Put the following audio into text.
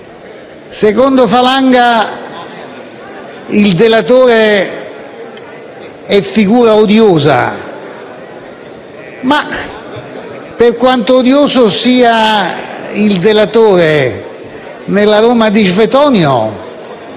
senatore Falanga il delatore è figura odiosa; ma, per quanto odioso sia il delatore nella Roma di Svetonio,